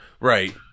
Right